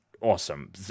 awesome